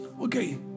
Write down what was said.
okay